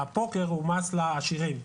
הפוקר הוא מס לעשירים.